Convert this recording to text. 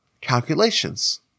calculations